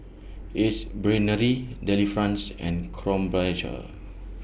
Ace Brainery Delifrance and Krombacher